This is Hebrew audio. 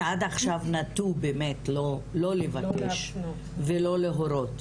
שעד עכשיו נטו שלא לבקש ולא להורות.